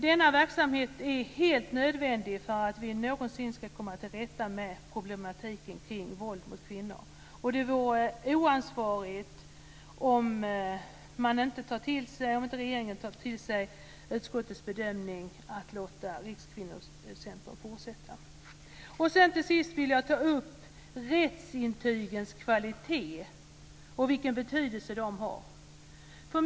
Denna verksamhet är helt nödvändig för att vi någonsin ska komma till rätta med problematiken kring våld mot kvinnor. Det vore oansvarigt om regeringen inte tog till sig utskottets bedömning att låta Till sist vill jag ta upp rättsintygens kvalitet och vilken betydelse de har.